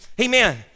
amen